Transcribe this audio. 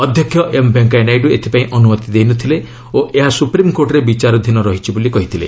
ଅଧ୍ୟକ୍ଷ ଏମ୍ ଭେଙ୍କିୟା ନାଇଡୁ ଏଥିପାଇଁ ଅନୁମତି ଦେଇ ନ ଥିଲେ ଓ ଏହା ସୁପ୍ରିମ୍କୋର୍ଟରେ ବିଚାରାଧୀନ ରହିଛି ବୋଲି କହିଥିଲେ